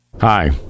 Hi